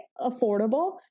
affordable